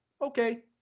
okay